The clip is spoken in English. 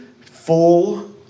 full